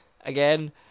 Again